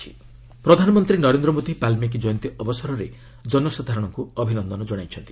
PM Valmiki ପ୍ରଧାନମନ୍ତ୍ରୀ ନରେନ୍ଦ୍ର ମୋଦି ବାଲ୍ମୀକି କ୍ୟନ୍ତୀ ଅବସରରେ ଜନସାଧାରଣଙ୍କୁ ଅଭିନନ୍ଦ ଜଣାଇଛନ୍ତି